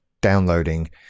downloading